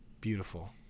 Beautiful